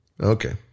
Okay